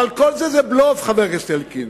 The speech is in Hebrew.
אבל, חבר הכנסת אלקין,